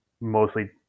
mostly